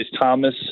Thomas